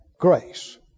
grace